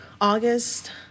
August